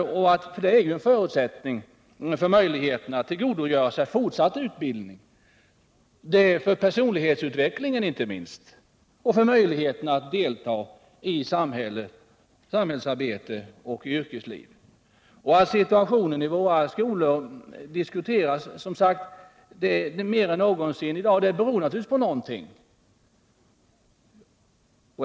Det är ju en förutsättning för att kunna tillgodogöra sig fortsatt utbildning. Inte minst viktigt är det för personlighetsutvecklingen och för möjligheterna att delta i samhällsarbete och yrkesliv. Att situationen i våra skolor, som det har sagts, diskuteras mer än någonsin har naturligtvis sina orsaker.